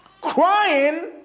crying